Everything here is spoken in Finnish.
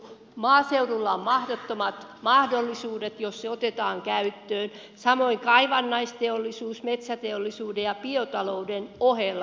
maaseudulla on mahdottomat mahdollisuudet jos ne otetaan käyttöön samoin kaivannaisteollisuus metsäteollisuuden ja biotalouden ohella